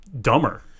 dumber